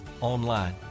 online